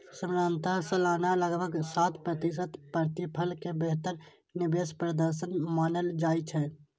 सामान्यतः सालाना लगभग सात प्रतिशत प्रतिफल कें बेहतर निवेश प्रदर्शन मानल जाइ छै